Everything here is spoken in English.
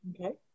Okay